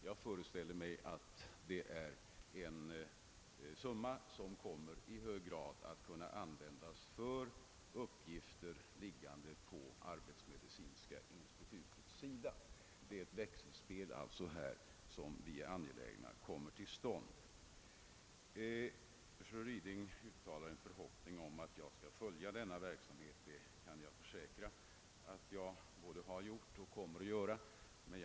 Jag föreställer mig att detta belopp i hög grad kommer att användas för uppgifter som ligger på arbetsmedicinska institutets sida. Vi är angelägna om att detta växelspel skall komma till stånd. Fru Ryding uttalar en förhoppning om att jag skall följa denna verksamhet. Jag kan försäkra att jag både har gjort och kommer att göra det.